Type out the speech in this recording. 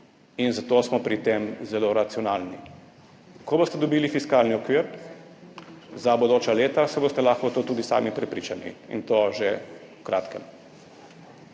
in zato smo pri tem zelo racionalni. Ko boste dobili fiskalni okvir za bodoča leta, se boste lahko v to tudi sami prepričali, in to že v kratkem.